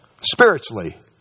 Spiritually